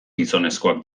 gizonezkoak